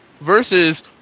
versus